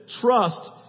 trust